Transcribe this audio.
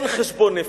אין חשבון נפש.